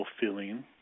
feeling